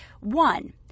one